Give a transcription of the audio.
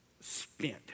spent